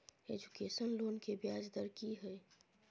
Education loan के ब्याज दर की हय?